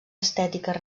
estètiques